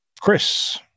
Chris